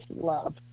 love